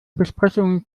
besprechungen